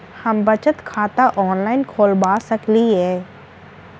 हम बचत खाता ऑनलाइन खोलबा सकलिये?